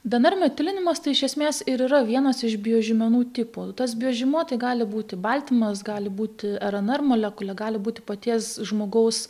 dnr metilinimas tai iš esmės ir yra vienas iš biožymenų tipų tas biožymuo tai gali būti baltymas gali būti rnr molekulė gali būti paties žmogaus